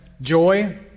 joy